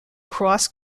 cross